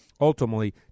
ultimately